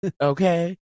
Okay